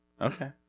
Okay